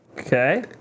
Okay